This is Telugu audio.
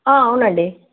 అవునండి